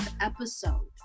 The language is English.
episode